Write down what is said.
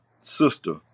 sister